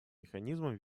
механизмом